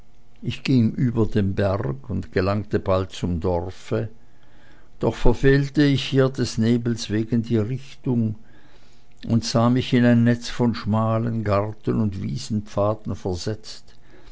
ich ging über den berg und gelangte bald zum dorfe doch verfehlte ich hier des nebels wegen die richtung und sah mich in ein netz von schmalen garten und wiesenpfaden versetzt